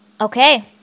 Okay